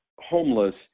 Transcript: homeless